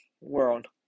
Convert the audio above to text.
world